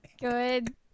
Good